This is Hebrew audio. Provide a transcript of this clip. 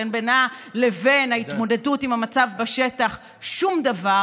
שאין בינה לבין ההתמודדות עם המצב בשטח שום דבר,